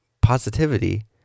positivity